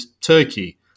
Turkey